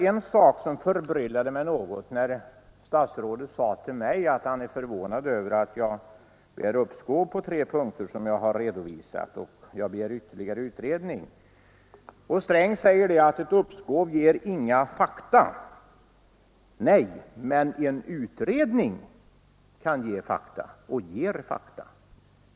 En sak förbryllade mig något, nämligen att statsrådet sade att han är förvånad över att jag begärt uppskov och ytterligare utredning på tre av mig redovisade punkter. Statsrådet Sträng sade: Ett uppskov ger inga fakta. Nej, men en utredning kan ge fakta och ger fakta.